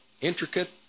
intricate